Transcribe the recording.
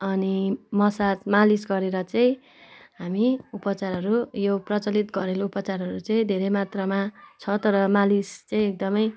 अनि मसाज मालिस गरेर चाहिँ हामी उपचारहरू यो प्रचलित घरेलु उपचारहरू चाहिँ धेरै मात्रामा छ तर मालिस चाहिँ एकदमै